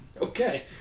Okay